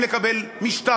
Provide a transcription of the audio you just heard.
רשאים לקבל משטרה,